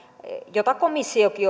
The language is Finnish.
jota komissiokin